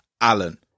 Allen